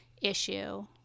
issue